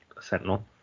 Sentinel